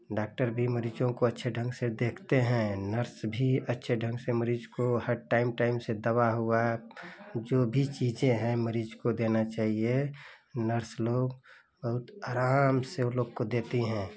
doctor भी मरीज़ों को अच्छे ढंग से देखते हैं नर्स भी अच्छे ढंग से मरीज़ को हर टाइम टाइम से दवा हुई जो भी चीज़ें हैं मरीज़ों को देना चाहिए नर्स लोग बहुत आराम से उन लोगों को देती हैं